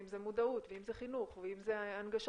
אם זה מודעות ואם זה חינוך ואם זה הנגשת